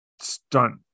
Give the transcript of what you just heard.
stunt